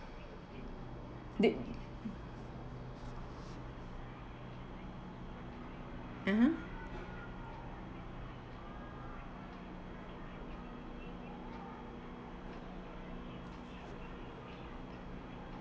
they (uh huh)